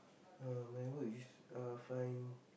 uh my work is uh fine